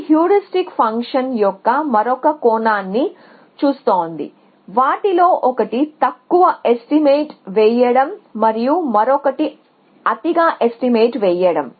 ఇది హ్యూరిస్టిక్ ఫంక్షన్ల యొక్క మరొక కోణాన్ని చూస్తోంది వాటిలో ఒకటి తక్కువ ఎస్టిమేట్ వేయడం మరియు మరొకటి అతిగా ఎస్టిమేట్ వేయడం